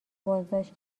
بازداشت